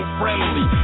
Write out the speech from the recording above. friendly